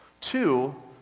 two